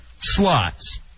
slots